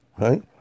right